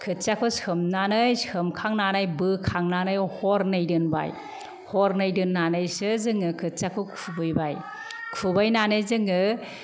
खोथियाखौ सोमनानै सोमखांनानै बोखांनानै हरनै दोनबाय हरनै दोननानैसो जोङो खोथियाखौ खुबैबाय खुबैनानै जोङो